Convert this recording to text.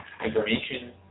information